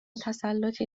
تسلّطی